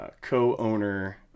co-owner